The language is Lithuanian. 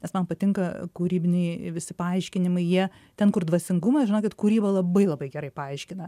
nes man patinka kūrybiniai visi paaiškinimai jie ten kur dvasingumą žinokit kūryba labai labai gerai paaiškina